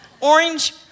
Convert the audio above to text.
orange